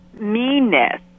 meanness